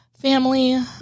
family